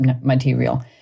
material